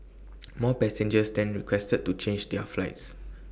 more passengers then requested to change their flights